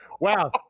Wow